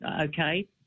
okay